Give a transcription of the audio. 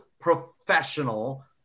professional